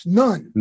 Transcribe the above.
none